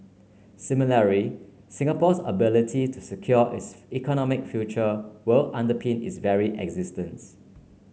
similar Singapore's ability to secure its economic future will underpin is very existence